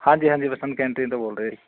ਹਾਂਜੀ ਹਾਂਜੀ ਬਸੰਤ ਕੰਟੀਨ ਤੋਂ ਬੋਲ ਰਿਹਾ ਜੀ